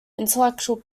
intellectual